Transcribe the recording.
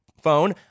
phone